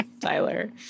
Tyler